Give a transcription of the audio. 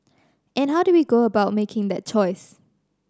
and how do we go about making that choice